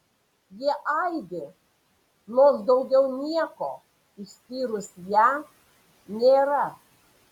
jie aidi nors daugiau nieko išskyrus ją nėra